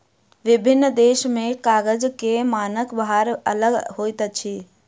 विभिन्न देश में कागज के मानक भार अलग होइत अछि